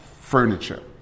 furniture